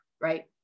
right